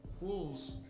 wolves